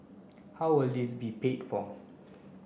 how will this be paid for